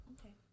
Okay